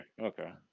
Okay